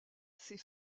ses